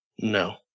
No